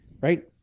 right